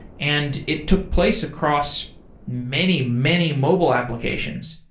and it took place across many, many mobile applications.